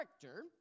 character